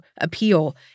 appeal